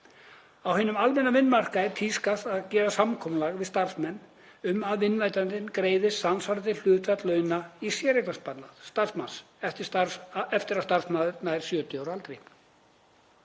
Á hinum almenna vinnumarkaði tíðkast að gera samkomulag við starfsmenn um að vinnuveitandi greiði samsvarandi hlutfall launa í séreignarsparnað starfsmanns eftir að starfsmaður nær 70 ára aldri.